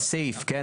בסעיף, כן?